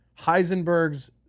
Heisenberg's